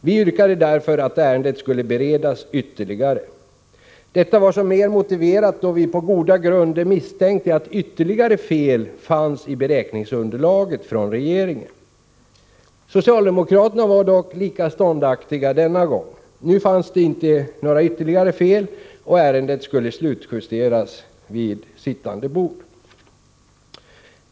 Vi yrkade därför att ärendet skulle beredas ytterligare. Detta var så mycket mera motiverat som vi på goda grunder misstänkte att ytterligare fel fanns i beräkningsunderlaget från regeringen. Socialdemokraterna var dock lika ståndaktiga denna gång. Nu fanns det inga ytterligare fel, och ärendet skulle slutjusteras ”vid sittande bord”.